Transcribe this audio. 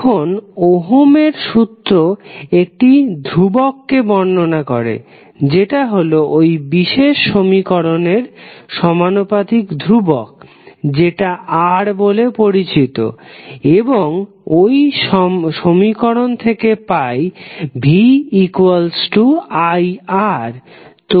এখন ওহমের সুত্র একটি ধ্রুবককে বর্ণনা করে যেটা হলো ওই বিশেষ সমীকরণের সমানুপাতিক ধ্রুবক যেটা R বলে পরিচিত এবং ওই সমীকরণ থেকে পাই ViR